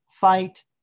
fight